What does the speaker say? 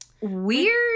Weird